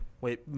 Wait